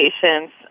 patients